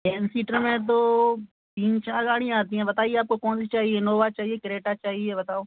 ten seater में तो तीन चार गाड़ियाँ आती हैं बताइए आपको कौन सी चाहिए नोवा चाहिए क्रेटा चाहिए ये बताओ